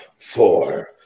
four